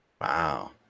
Wow